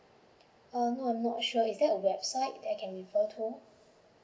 err no I'm not sure is there a website that I can refer to